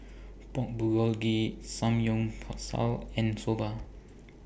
Pork Bulgogi Samgyeopsal and Soba